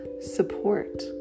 support